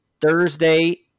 Thursday